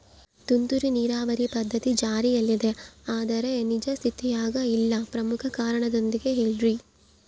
ತುಂತುರು ನೇರಾವರಿ ಪದ್ಧತಿ ಜಾರಿಯಲ್ಲಿದೆ ಆದರೆ ನಿಜ ಸ್ಥಿತಿಯಾಗ ಇಲ್ಲ ಪ್ರಮುಖ ಕಾರಣದೊಂದಿಗೆ ಹೇಳ್ರಿ?